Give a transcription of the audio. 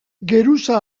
geruza